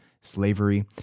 slavery